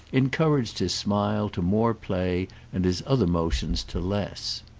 encouraged his smile to more play and his other motions to less.